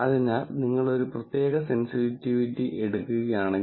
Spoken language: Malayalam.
അതിനാൽ നിങ്ങൾ ഒരു പ്രത്യേക സെൻസിറ്റിവിറ്റി എടുക്കുകയാണെങ്കിൽ